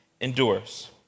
endures